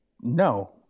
No